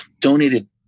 donated